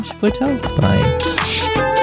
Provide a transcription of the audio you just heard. bye